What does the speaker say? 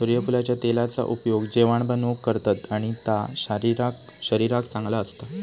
सुर्यफुलाच्या तेलाचा उपयोग जेवाण बनवूक करतत आणि ता शरीराक चांगला असता